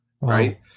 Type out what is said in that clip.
Right